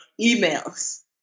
emails